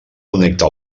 connecta